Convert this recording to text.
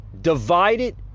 divided